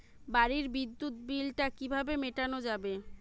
বাড়ির বিদ্যুৎ বিল টা কিভাবে মেটানো যাবে?